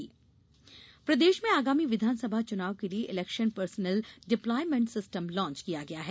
चुनाव database प्रदेश में आगामी विधानसभा चुनाव के लिए election personnel deployment system launch कर दिया गया है